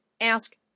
ask